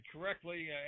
correctly